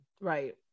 Right